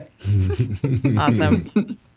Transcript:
Awesome